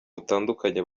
butandukanye